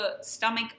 stomach